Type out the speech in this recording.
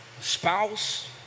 spouse